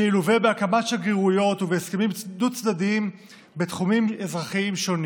שילווה בהקמת שגרירויות ובהסכמים דו-צדדיים בתחומים אזרחיים שונים,